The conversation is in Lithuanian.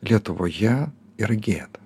lietuvoje yra gėda